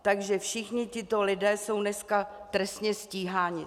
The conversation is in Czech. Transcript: Takže všichni tito lidé jsou dneska trestně stíháni.